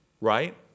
Right